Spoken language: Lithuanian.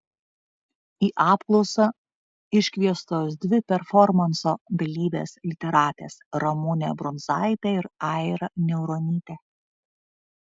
į apklausą iškviestos dvi performanso dalyvės literatės ramunė brunzaitė ir aira niauronytė